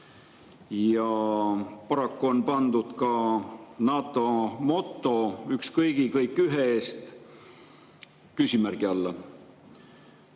Paraku on pandud ka NATO moto "Üks kõigi, kõik ühe eest" küsimärgi alla.